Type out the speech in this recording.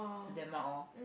to Denmark or